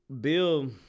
Bill